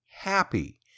happy